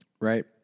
Right